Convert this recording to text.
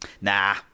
nah